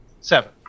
Seven